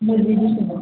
ମୁଁ ଯିବି